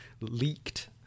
leaked